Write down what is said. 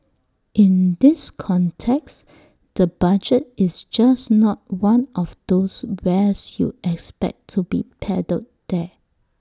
in this context the budget is just not one of those wares you expect to be peddled there